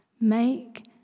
Make